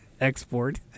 Export